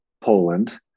Poland